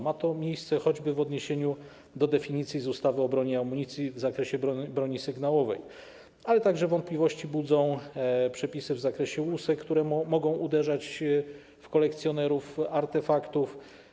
Ma to miejsce choćby w odniesieniu do definicji z ustawy o broni i amunicji w zakresie broni sygnałowej, ale także wątpliwości budzą przepisy w zakresie łusek, co może uderzać w kolekcjonerów artefaktów.